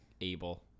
able